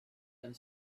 and